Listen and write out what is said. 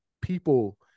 people